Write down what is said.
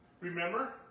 Remember